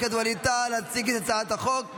את חבר הכנסת ווליד טאהא להציג את הצעת החוק,